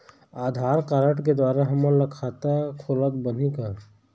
आधार card के द्वारा हमन ला खाता खोलत बनही का?